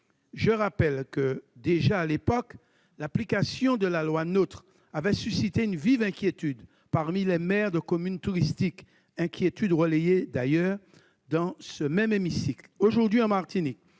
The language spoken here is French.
Je rappelle que déjà, à l'époque, l'application de la loi NOTRe avait suscité une vive inquiétude parmi les maires de communes touristiques, inquiétude relayée par ailleurs dans ce même hémicycle. Aujourd'hui, en Martinique,